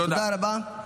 תודה רבה.